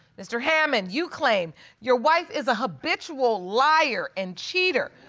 mr. hammond, you claim your wife is a habitual liar and cheater.